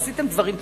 עשיתם דברים טובים.